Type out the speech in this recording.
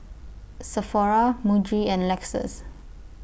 Sephora Muji and Lexus